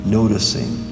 noticing